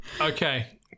okay